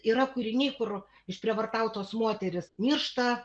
yra kūriniai kur išprievartautos moterys miršta